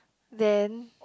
then